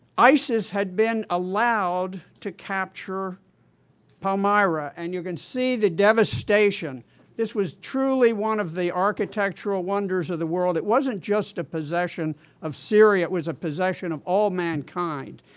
isis had been allowed to capture palmyra, and you can see the devastation. this was truly one of the architectural wonders of the world. it wasn't just a possession of syria it was a possession of all mankind.